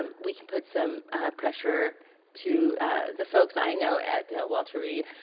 um we can put some pressure to the folks i know at walter reed